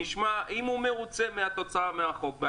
נשמע אם הוא מרוצה מהתוצאה מהחוק.